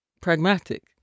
pragmatic